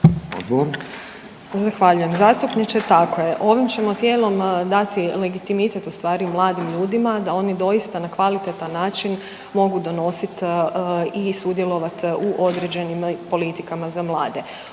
(HDZ)** Zahvaljujem zastupniče. Tako je. Ovim ćemo tijelom dati legitimitet u stvari mladim ljudima da oni doista na kvalitetan način mogu donositi i sudjelovati u određenim politikama za mlade.